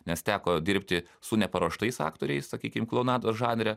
nes teko dirbti su neparuoštais aktoriais sakykim klounados žanre